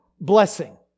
blessing